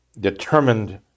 determined